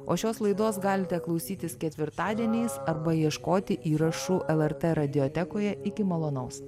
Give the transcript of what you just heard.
o šios laidos galite klausytis ketvirtadieniais arba ieškoti įrašų lrt radiotekoje iki malonaus